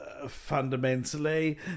Fundamentally